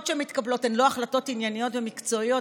שמתקבלות הן לא החלטות ענייניות ומקצועיות,